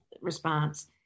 response